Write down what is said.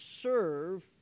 serve